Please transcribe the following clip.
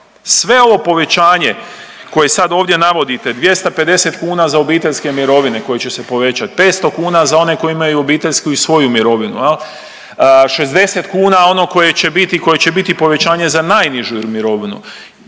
Sve ovo povećanje koje ovdje navodite 250 kuna za obiteljske mirovine koje će se povećati, 500 kuna za one koji imaju obiteljsku i svoju mirovinu jel, 60 kuna ono koje će biti, koje će biti povećanje za najnižu mirovinu.